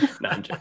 No